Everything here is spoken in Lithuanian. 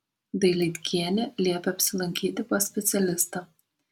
dailydkienė liepė apsilankyti pas specialistą